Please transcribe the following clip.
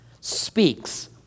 speaks